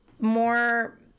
more